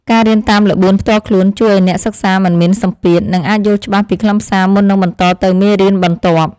ការរៀនតាមល្បឿនផ្ទាល់ខ្លួនជួយឱ្យអ្នកសិក្សាមិនមានសម្ពាធ និងអាចយល់ច្បាស់ពីខ្លឹមសារមុននឹងបន្តទៅមេរៀនបន្ទាប់។